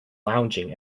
lounging